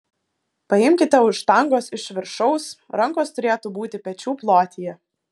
paimkite už štangos iš viršaus rankos turėtų būti pečių plotyje